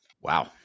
Wow